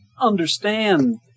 understand